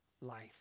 life